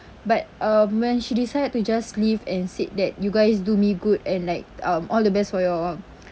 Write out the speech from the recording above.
but um when she decided to just leave and said that you guys do me good and like um all the best for your